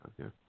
Okay